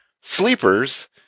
sleepers